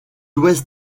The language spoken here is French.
ouest